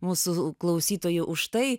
mūsų klausytojų už tai